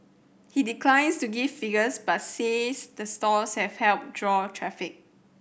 he declines to give figures but says the stores have helped draw traffic